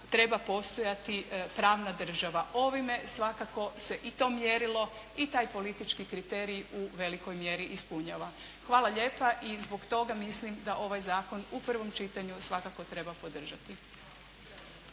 treba postojati pravna država. Ovime svakako se i to mjerilo i taj politički kriterij u velikoj mjeri ispunjava. Hvala lijepa i zbog toga mislim da ovaj zakon u prvom čitanju svakako treba podržati.